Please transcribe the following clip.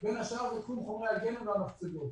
האמצעים המשלימים לאספקת חומרי גלם מן הכרייה והחציבה